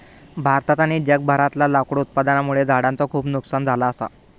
भारतात आणि जगभरातला लाकूड उत्पादनामुळे झाडांचा खूप नुकसान झाला असा